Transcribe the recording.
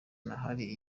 ahari